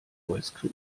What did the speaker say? voice